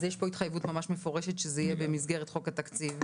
אז יש פה התחייבות ממש מפורשת שזה יהיה במסגרת חוק התקציב,